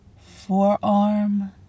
forearm